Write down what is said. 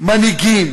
מנהיגים